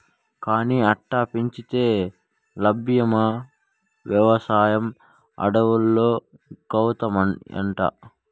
కానీ అట్టా పెంచితే లాబ్మని, వెవసాయం అడవుల్లాగౌతాయంట